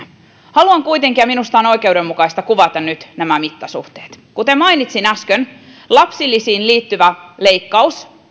haluan kuitenkin ja minusta on oikeudenmukaista kuvata nyt nämä mittasuhteet kuten mainitsin äsken lapsilisiin liittyvä leikkaus